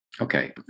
Okay